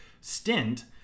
stint